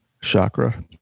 chakra